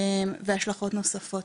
והשלכות נוספות.